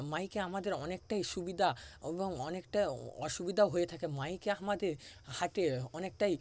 মাইকে আমাদের অনেকটাই সুবিধা এবং অনেকটাই অসুবিধাও হয়ে থাকে মাইকে আমাদের হার্টে অনেকটাই